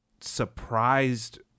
surprised